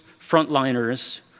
frontliners